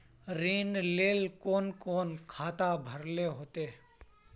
ऋण लेल कोन कोन खाता भरेले होते?